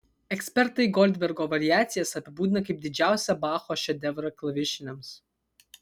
ekspertai goldbergo variacijas apibūdina kaip didžiausią bacho šedevrą klavišiniams